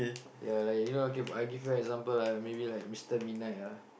ya like you know I give you example ah maybe like Mr Midnight ah